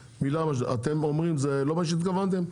אתם אומרים שזה לא מה שהתכוונתם?